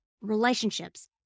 relationships